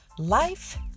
Life